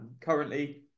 currently